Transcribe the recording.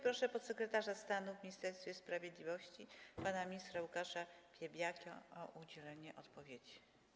Proszę podsekretarza stanu w Ministerstwie Sprawiedliwości pana ministra Łukasza Piebiaka o udzielenie odpowiedzi.